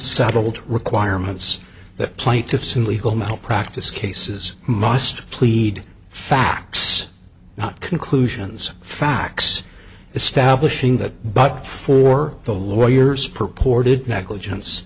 settled requirements that plaintiffs in legal malpractise cases must plead facts not conclusions facts establishing that but for the lawyers purported